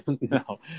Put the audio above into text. No